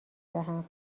دهم